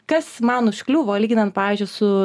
kas man užkliuvo lyginant pavyzdžiui su